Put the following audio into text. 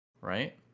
right